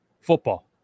Football